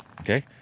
Okay